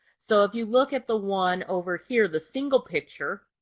so if you look at the one over here, the single picture.